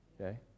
okay